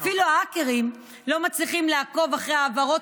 אפילו האקרים לא מצליחים לעקוב אחר ההעברות